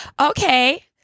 Okay